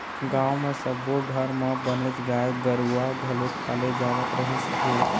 गाँव म सब्बो घर म बनेच गाय गरूवा घलोक पाले जावत रहिस हे